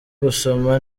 gusoma